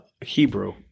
Hebrew